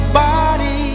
body